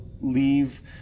leave